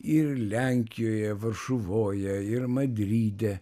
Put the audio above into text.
ir lenkijoje varšuvoje ir madride